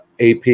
ap